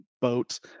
boats